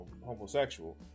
homosexual